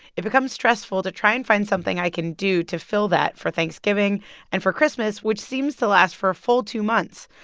it becomes stressful to try and find something i can do to fill that for thanksgiving and for christmas, which seems to last for a full two months.